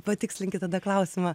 patikslinkit tada klausiamą